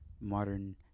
modern